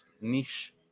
niche